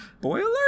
Boiler